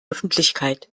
öffentlichkeit